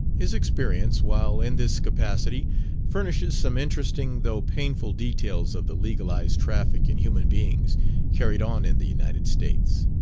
his experience while in this capacity furnishes some interesting, though painful, details of the legalized traffic in human beings carried on in the united states.